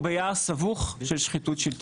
את ההשלכות שיש במתן טובות